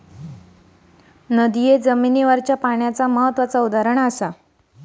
नदिये जमिनीवरच्या पाण्याचा महत्त्वाचा उदाहरण असत